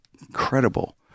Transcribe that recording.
incredible